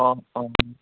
অঁ অঁ অঁ